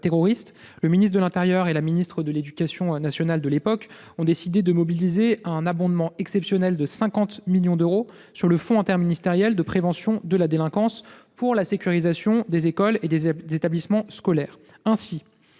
terroriste, le ministre de l'intérieur et la ministre de l'éducation nationale d'alors ont décidé de mobiliser un abondement exceptionnel de 50 millions d'euros sur le fonds interministériel de prévention de la délinquance pour la sécurisation des écoles et des établissements scolaires. Dans